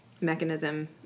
mechanism